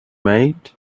mate